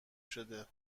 شده